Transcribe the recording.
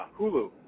Hulu